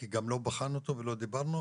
כי גם לא בחנו אותו ולא דיברנו,